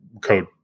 Code